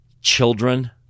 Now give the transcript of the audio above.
children